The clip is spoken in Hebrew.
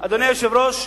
אדוני היושב-ראש,